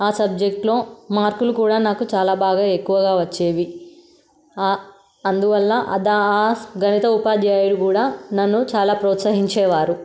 ఆ సబ్జెక్ట్లో మార్కులు కూడా నాకు చాలా బాగా ఎక్కువగా వచ్చేవి అందువల్ల దా గణిత ఉపాయధ్యాయుడు కూడా నన్ను చాలా ప్రోత్సహించేవారు